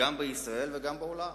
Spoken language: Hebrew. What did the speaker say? גם בישראל וגם בעולם.